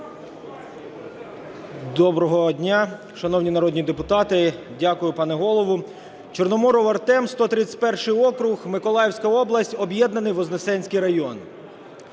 Доброго дня, шановні народні депутати! Дякую, пане Голово. Чорноморов Артем, 131 округ, Миколаївська область, об'єднаний Вознесенський район.